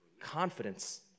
confidence